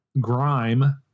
grime